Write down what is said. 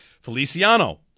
Feliciano